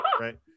right